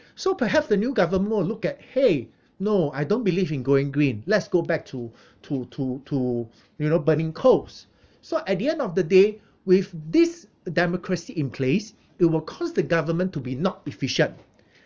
so perhaps the new government will look at !hey! no I don't believe in going green let's go back to to to to you know burning coals so at the end of the day with this democracy in place it will cause the government to be not efficient